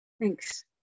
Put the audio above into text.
Thanks